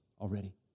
already